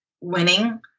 winning